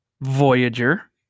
Voyager